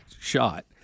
shot